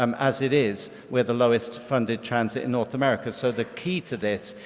um as it is we're the lowest funded transit in north america, so the key to this,